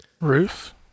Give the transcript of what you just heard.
ruth